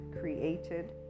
created